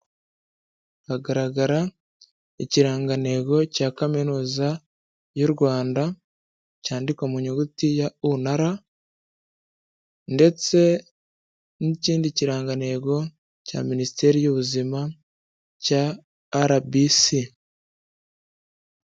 Haragaragara ikirangantego cya kaminuza y' u Rwanda cyandikwa mu nyuguti ya UR ndetse n'ikindi kirangantego cya minisiteri y'ubuzima cya RBC.